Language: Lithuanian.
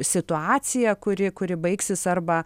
situacija kuri kuri baigsis arba